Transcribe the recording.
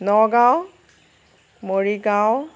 Nagaon Morigaon